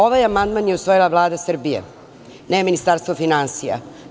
Ovaj amandman je usvojila Vlada Srbije, ne Ministarstvo finansija.